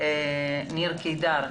ניר קידר.